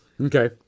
okay